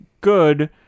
good